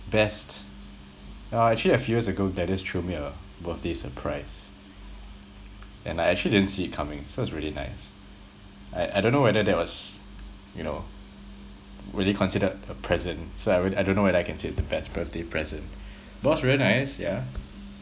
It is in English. best uh actually a few years ago dennis threw me a birthday surprise and I actually didn't see it coming so it's really nice I I don't know whether that was you know really considered a present so I really I don't know whether I can say it's the best birthday present but it was very nice yeah